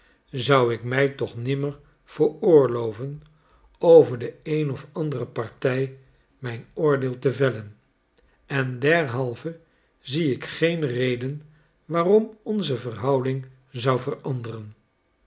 zou ik mij toch nimmer veroorloven over de een of andere partij mijn oordeel te vellen en derhalve zie ik geen reden waarom onze verhouding zou veranderen